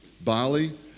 bali